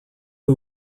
who